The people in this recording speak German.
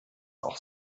auch